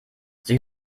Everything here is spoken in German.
sie